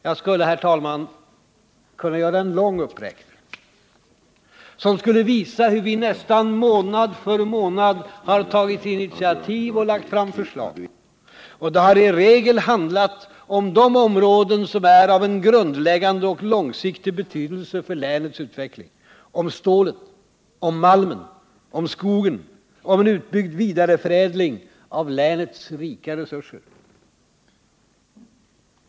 Jag skulle, herr talman, kunna göra en lång uppräkning som skulle visa hur vi nästan månad för månad har tagit initiativ och lagt fram förslag. Och det har i regel handlat om de områden som är av grundläggande och långsiktig betydelse för länets utveckling — om stålet, om malmen, om skogen, om en utbyggd vidareförädling av länets rika resurser.